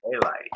daylight